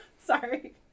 sorry